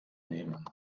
nehmen